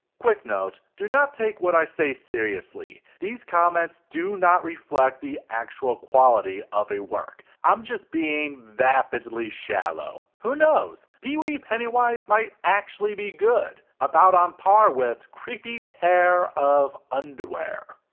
quick note do not take what i say seriously. these comments do not reflect the actual quality of a work. i'm just being vapidly shallow. who knows, pee wee pennywise might actually be good. about on um par with creepy pair of underwear.